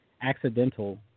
accidental